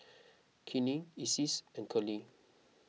Keenen Isis and Curley